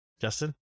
Justin